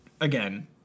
again